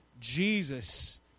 Jesus